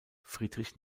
friedrich